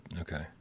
Okay